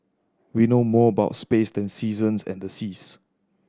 we know more about space than the seasons and the seas